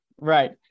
Right